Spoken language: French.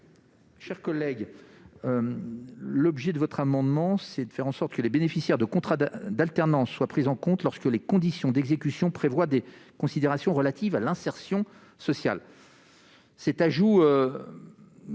de la commission ? Cet amendement vise à faire en sorte que les bénéficiaires de contrats d'alternance soient pris en compte lorsque les conditions d'exécution prévoient des considérations relatives à l'insertion sociale. Un tel ajout